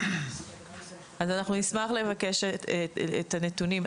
אז אנחנו נשמח לבקש את הנתונים,